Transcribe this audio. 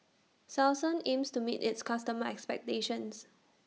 Selsun aims to meet its customers' expectations